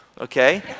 okay